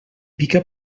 pica